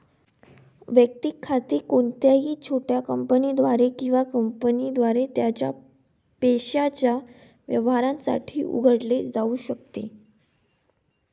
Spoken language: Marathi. वैयक्तिक खाते कोणत्याही छोट्या कंपनीद्वारे किंवा कंपनीद्वारे त्याच्या पैशाच्या व्यवहारांसाठी उघडले जाऊ शकते